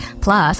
Plus